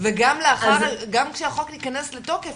וגם כשהחוק ייכנס לתוקף,